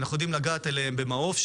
אנחנו יודעים לגעת בהם ב"מעוף",